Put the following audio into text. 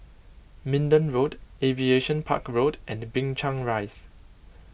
Minden Road Aviation Park Road and Binchang Rise